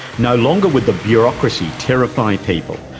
no longer would the bureaucracy terrify people,